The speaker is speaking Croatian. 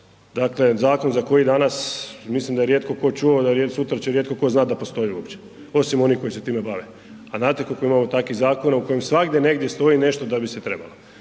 dakle zakon za koji danas mislim da je rijetko tko čuo, da sutra će rijetko tko znati da postoji uopće osim onih koji se time bave. A znate koliko imamo takvih zakona u kojem svagdje negdje stoji nešto da bi se trebalo.